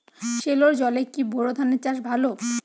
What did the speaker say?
সেলোর জলে কি বোর ধানের চাষ ভালো?